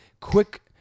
quick